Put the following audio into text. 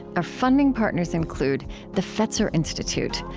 our funding partners include the fetzer institute,